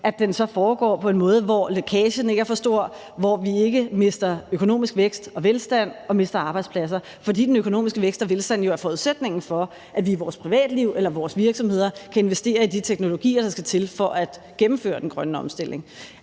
skal den foregå på en måde, hvor lækagen ikke er for stor, hvor vi ikke mister økonomisk vækst og velstand og ikke mister arbejdspladser. For den økonomiske vækst og velstand er jo forudsætningen for, at vi i vores privatliv eller i vores virksomheder kan investere i de teknologier, der skal til for at gennemføre den grønne omstilling.